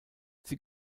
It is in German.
sie